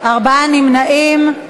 ארבעה נמנעים.